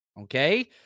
okay